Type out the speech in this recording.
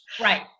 Right